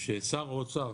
ששר האוצר